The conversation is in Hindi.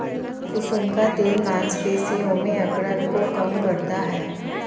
कुसुम का तेल मांसपेशियों में अकड़न को कम करता है